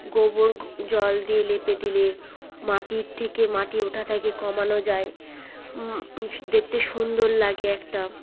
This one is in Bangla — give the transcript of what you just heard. গোবর গো জল দিতে লেপে দিলে মাটির থেকে মাটি ওঠা থেকে কমানো যায় স্ দেখতে সুন্দর লাগে একটা